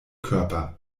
körper